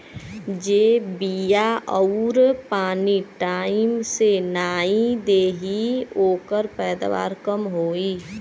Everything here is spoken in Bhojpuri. जे बिया आउर पानी टाइम से नाई देई ओकर पैदावार कम होई